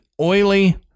oily